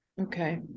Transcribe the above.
okay